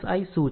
શું છે